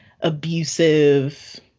abusive